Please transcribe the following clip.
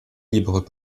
libres